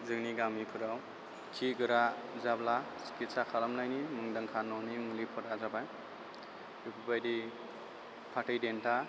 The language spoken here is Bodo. जोंनि गामिफोराव खि गोरा जाब्ला सिकित्सा खालामनायनि मुंदांखा न'नि मुलिफोरा जाबाय बेफोरबायदि फाथै देन्थाफोर